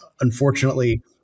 Unfortunately